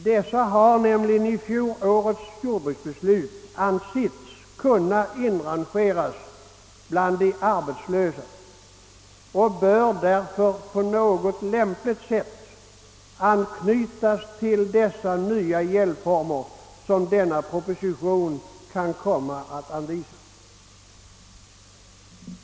Dessa har nämligen i fjolårets jordbruksbeslut ansetts kunna inrangeras bland de arbets lösa och bör därför på något lämpligt sätt anknytas till de nya hjälpformer som denna proposition kan komma att anvisa.